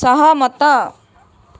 ସହମତ